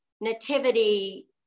nativity